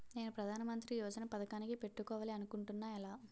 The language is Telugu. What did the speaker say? నేను ప్రధానమంత్రి యోజన పథకానికి పెట్టుకోవాలి అనుకుంటున్నా ఎలా?